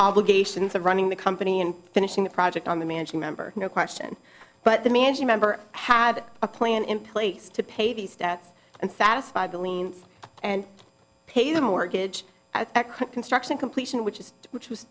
obligations of running the company and finishing the project on the managing member no question but the managing member had a plan in place to pay these debts and satisfy the liens and pay the mortgage at construction completion which is which was